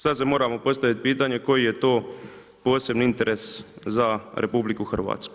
Sad si moramo postaviti pitanje koji je to posebni interes za RH.